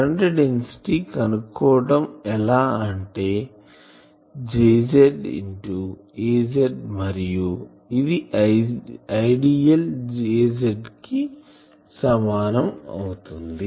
current density కనుక్కోవటం ఎలా అంటే Jz az మరియు ఇది Idl az అవుతుంది